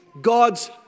God's